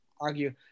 argue